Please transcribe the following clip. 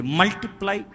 multiply